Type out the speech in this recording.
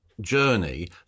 journey